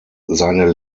seine